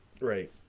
Right